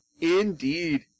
Indeed